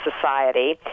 society